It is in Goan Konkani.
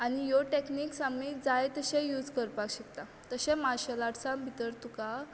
आनी ह्यो टेकनीक्स आमी जाय तश्यो यूज करपाक शकतात तशें मार्शेल आर्टसान भितर तुका